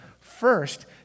First